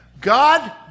God